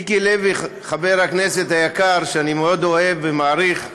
מיקי לוי, חבר הכנסת היקר, שאני מאוד אוהב ומעריך,